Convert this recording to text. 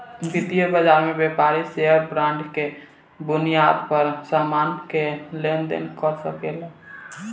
वितीय बाजार में व्यापारी शेयर बांड सब के बुनियाद पर सामान के लेन देन कर सकेला